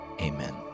Amen